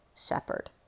shepherd